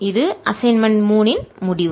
இது அசைன்மென்ட் 3 இன் முடிவு